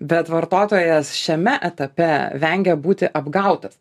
bet vartotojas šiame etape vengia būti apgautas